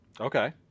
Okay